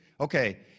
okay